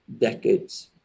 decades